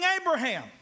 Abraham